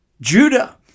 Judah